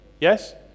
Yes